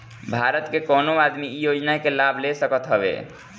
भारत के कवनो आदमी इ योजना के लाभ ले सकत हवे